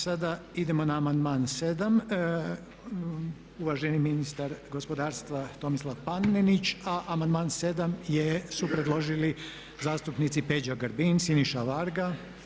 Sada idemo na amandman 7., uvaženi ministar gospodarstva Tomislav Panenić, a amandman 7. su predložili zastupnici Peđa Grbin i Siniša Varga.